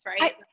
right